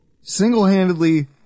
single-handedly